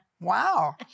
Wow